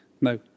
No